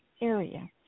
area